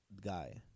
guy